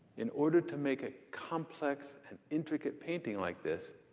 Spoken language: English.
in order to make a complex and intricate painting like this,